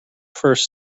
first